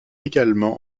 également